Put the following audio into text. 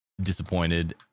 disappointed